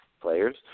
players